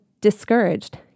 discouraged